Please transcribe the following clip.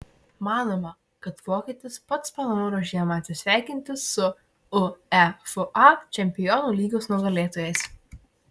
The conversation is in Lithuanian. manoma kad vokietis pats panoro žiemą atsisveikinti su uefa čempionų lygos nugalėtojais